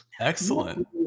excellent